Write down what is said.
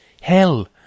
hell